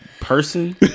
person